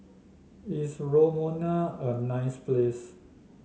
is Romania a nice place